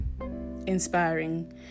inspiring